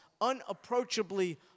unapproachably